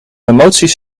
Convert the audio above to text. emoties